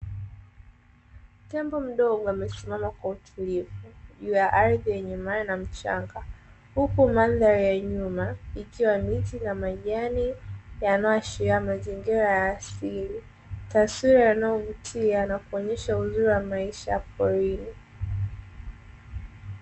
Tembo mdogo amesimama kwa utulivu juu ya ardhi yenye mawe na mchanga, huku mandhari ya nyuma ikiwa mbichi na majani yanayoashiria mazingira ya asili, taswira inayovutia na kuonesha uzuri wa maisha ya porini.